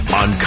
on